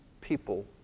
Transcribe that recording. people